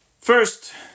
First